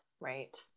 right